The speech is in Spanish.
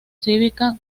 cívica